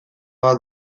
bat